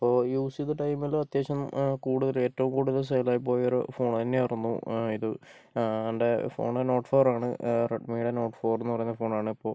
അപ്പോൾ യൂസ് ചെയ്ത ടൈമില് അത്യാവശ്യം കൂടുതൽ ഏറ്റവും കൂടുതല് സെയിലായി പോയൊരു ഫോണ് തന്നെ ആയിരുന്നു ഇത് എൻ്റെ ഫോണ് നോട്ട് ഫോറാണ് റെഡ്മീടെ നോട്ട് ഫോർ എന്ന് പറയുന്ന ഫോണാണ് ഇപ്പോൾ